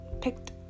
picked